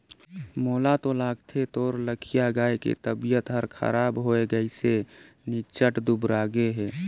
मोला तो लगथे तोर लखिया गाय के तबियत हर खराब होये गइसे निच्च्ट दुबरागे हे